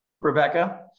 Rebecca